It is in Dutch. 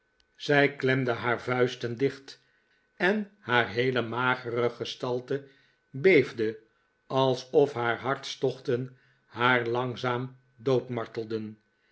zij klemde haar vuisten dicht en haar heele magere gestalte beefde alsof haar hartstochten haar langzaam